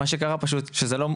מה שקרה פשוט שזה לא,